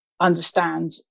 understand